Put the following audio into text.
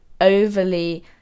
overly